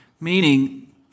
Meaning